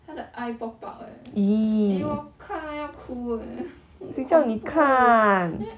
他的 eye pop out eh eh 我看了要哭 eh 很恐怖 like